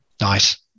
nice